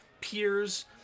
peers